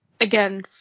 again